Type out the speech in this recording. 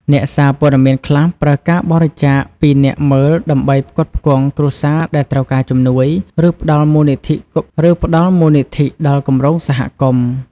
អ្នកសារព័ត៌មានខ្លះប្រើការបរិច្ចាគពីអ្នកមើលដើម្បីផ្គត់ផ្គង់គ្រួសារដែលត្រូវការជំនួយ ឬផ្តល់មូលនិធិដល់គម្រោងសហគមន៍។